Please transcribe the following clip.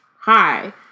hi